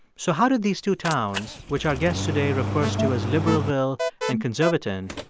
so how did these two towns, which our guest today refers to as liberalville and conservaton,